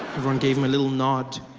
everyone gave him a little nod.